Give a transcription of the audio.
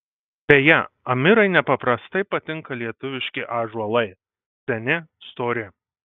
beje amirai nepaprastai patinka lietuviški ąžuolai seni stori